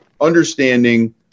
understanding